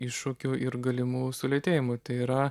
iššūkiu ir galimu sulėtėjimu tai yra